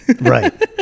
Right